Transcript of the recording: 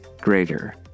greater